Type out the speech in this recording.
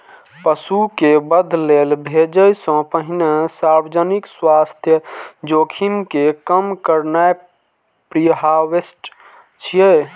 पशु कें वध लेल भेजै सं पहिने सार्वजनिक स्वास्थ्य जोखिम कें कम करनाय प्रीहार्वेस्ट छियै